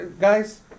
Guys